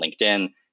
LinkedIn